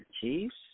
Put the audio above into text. Chiefs